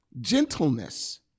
Gentleness